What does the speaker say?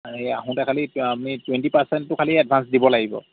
হেৰি আহোতে খালি আপুনি টুৱেন্টি পাৰচেন্টটো এডভান্স দিব লাগিব